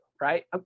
right